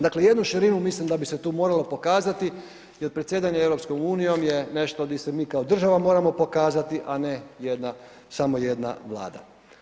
Dakle, jednu širinu mislim da bi se tu moralo pokazati jer predsjedanje EU je nešto di se mi kao država moramo pokazati, a ne jedna, samo jedna Vlada.